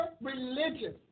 religion